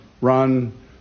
run